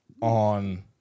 on